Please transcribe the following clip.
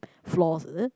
floors is it